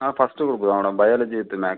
ஆ first group தான் madam biology with maths